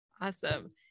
Awesome